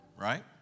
right